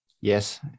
Yes